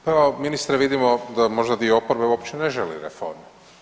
Pa evo ministre vidimo da možda dio oporbe uopće ne želi reformu.